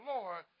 Lord